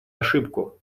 ошибку